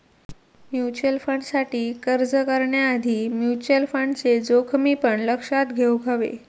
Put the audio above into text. mutual फंडसाठी अर्ज करण्याआधी म्युचल फंडचे जोखमी पण लक्षात घेउक हवे